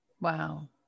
Wow